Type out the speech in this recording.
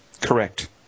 Correct